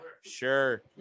sure